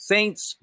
Saints